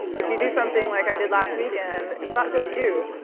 if you do something like i did last weekend, it's not just you,